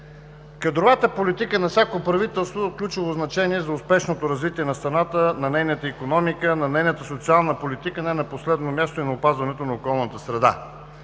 Кадровата политика на всяко правителство е от ключово значение за успешното развитие на страната, на нейната икономика, на нейната социална политика, не на последно място и на опазването на околната среда.